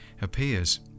appears